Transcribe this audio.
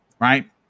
Right